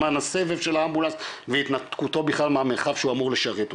זמן הסבב של האמבולנס והתנתקותו בכלל מהמרחב שהוא אמור לשרת אותו.